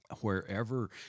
wherever